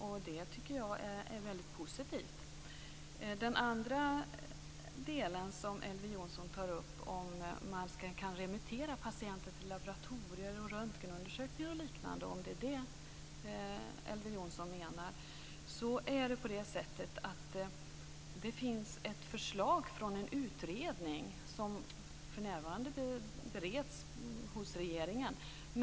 Jag tycker att det är väldigt positivt. Dessutom tar Elver Jonsson upp om man kan remittera patienter till laboratorier, röntgenundersökningar och liknande. Det finns ett förslag från en utredning som för närvarande bereds hos regeringen.